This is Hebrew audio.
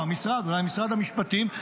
אולי משרד המשפטים,